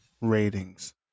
ratings